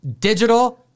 digital